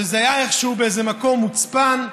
וזה היה איכשהו באיזה מקום מוצפן,